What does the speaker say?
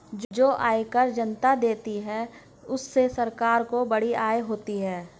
जो आयकर जनता देती है उससे सरकार को बड़ी आय होती है